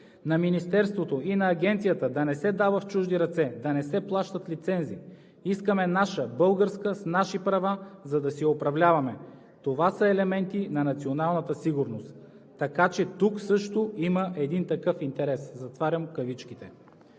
на Министерството и на Агенцията, да не се дава в чужди ръце, да не се плащат лицензи. Искаме наша, българска – с наши права, за да си управляваме. Това са елементи на националната сигурност, така че тук също има един такъв интерес.“ Затварям кавичките!